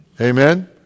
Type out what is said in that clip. Amen